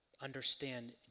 understand